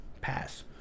pass